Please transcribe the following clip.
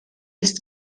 ist